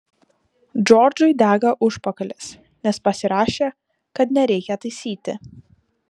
džordžui dega užpakalis nes pasirašė kad nereikia taisyti